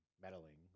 meddling